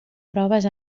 proves